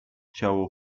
ciało